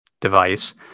device